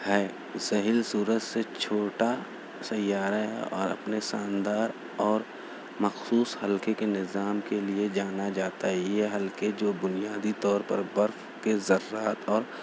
ہے زحیل سورج سے چھوٹا سیارہ ہے اور اپنے شاندار اور مخصوص حلقے کے نظام کے لئے جانا جاتا ہے یہ حلقے جو بنیادی طور پر برف کے ذرات اور